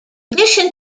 addition